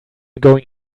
going